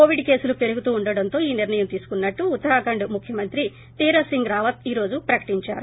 Covid కేసులు పెరుగుతూ ఉండడంతో ఈ నిర్ణయం తీసుకున్నట్లు ఉత్తరాఖండ్ ముఖ్యమంత్రి తీరత్ సింగ్ రావత్ ఈ రోజు ప్రకటించారు